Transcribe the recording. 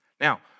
Now